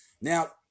Now